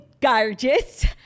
gorgeous